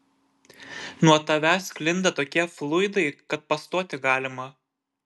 nuo tavęs sklinda tokie fluidai kad pastoti galima